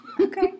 Okay